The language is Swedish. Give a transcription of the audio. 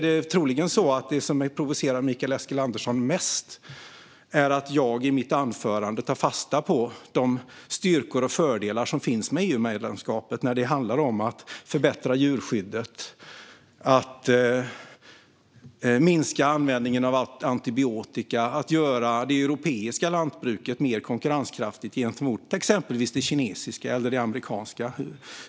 Det som provocerar Mikael Eskilandersson mest är troligen att jag i mitt anförande tog fasta på de styrkor och fördelar som finns med EU-medlemskapet när det handlar om att förbättra djurskyddet, minska användningen av antibiotika och göra det europeiska lantbruket mer konkurrenskraftigt gentemot exempelvis det kinesiska eller det amerikanska.